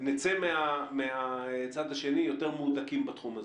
נצא מהצד השני יותר מהודקים בתחום הזה?